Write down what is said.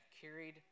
carried